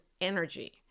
energy